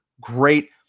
Great